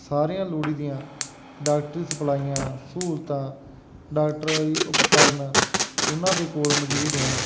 ਸਾਰੀਆਂ ਲੋੜੀਂਦੀਆਂ ਡਾਕਟਰੀ ਸਪਲਾਈਆਂ ਸਹੂਲਤਾਂ ਡਾਕਟਰੀ ਉਪਕਰਨ ਉਨ੍ਹਾਂ ਦੇ ਕੋਲ ਮੌਜੂਦ ਹੋਣ